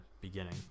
beginning